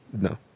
No